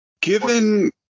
given